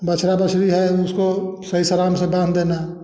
बछड़ा बछड़ी है उसको सही सलामत से बांध देना